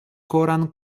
koran